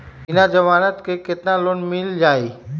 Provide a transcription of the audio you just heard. बिना जमानत के केतना लोन मिल जाइ?